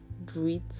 breathe